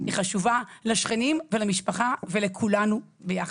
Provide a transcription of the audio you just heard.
היא חשובה לשכנים ולמשפחה ולכולנו ביחד.